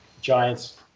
Giants